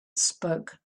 spoke